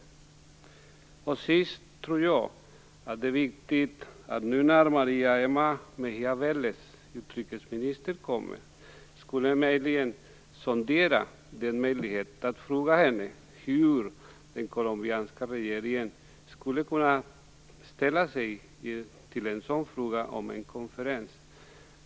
Till sist tror jag att det är viktigt att nu när utrikesminister Mejìa Velez kommer hit sondera möjligheten att fråga henne hur den colombianska regeringen skulle kunna ställa sig till en sådan här konferens.